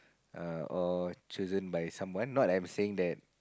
err or chosen by someone not I'm saying that